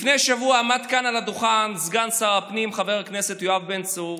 לפני שבוע עמד כאן על הדוכן סגן שר הפנים חבר הכנסת יואב בן צור,